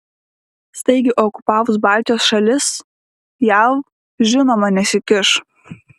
staigiai okupavus baltijos šalis jav žinoma nesikiš